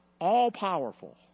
all-powerful